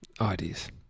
ideas